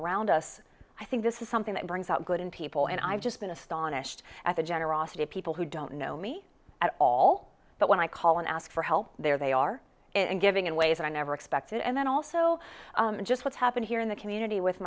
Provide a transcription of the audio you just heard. around us i think this is something that brings out good in people and i've just been astonished at the generosity of people who don't know me at all but when i call and ask for help there they are and giving in ways that i never expected and then also just what's happened here in the community with